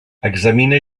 examina